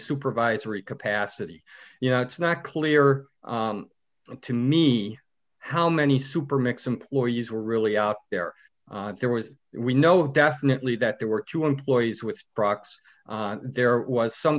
supervisory capacity you know it's not clear to me how many supermax employees were really out there there was we know definitely that there were two employees with prox there was some